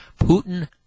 Putin